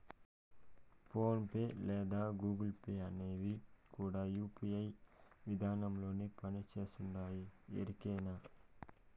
phone pay లేదా Google Pay అనేవి కూడా యూ.పీ.ఐ విదానంలోనే పని చేస్తుండాయని ఎరికేనా